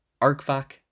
Arkvak